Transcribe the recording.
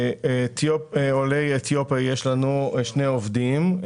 עולי אתיופיה, יש לנו שני עובדים.